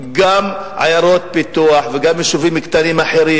גם בנושא הזה קיים מחסור באזור הדרום וחוסר יכולת